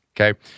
okay